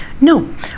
no